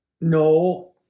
No